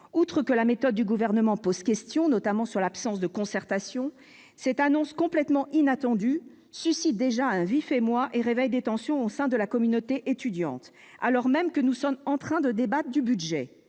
Outre que la méthode du Gouvernement pose question, notamment sur l'absence de concertation, cette annonce complètement inattendue suscite déjà un vif émoi et réveille des tensions au sein de la communauté étudiante, alors même que nous sommes en train de débattre du budget.